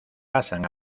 pasan